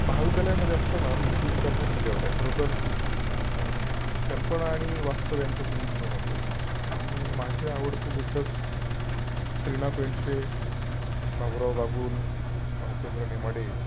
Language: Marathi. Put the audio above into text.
महाविद्यालयामध्ये असताना मी तीन कथा लिहिल्या होत्या खरंतर कल्पना आणि वास्तव यांचं ते मिश्रण होतं आणि माझे आवडते लेखक श्री ना पेंडसे बाबुराव बागुल भालचंद्र नेमाडे